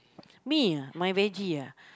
me my veggie ah